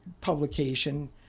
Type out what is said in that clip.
publication